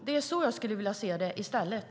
Det är vad jag vill se i stället.